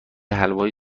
حلوای